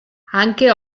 anche